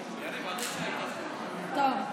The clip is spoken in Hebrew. טוב,